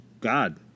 God